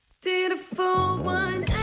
did a full one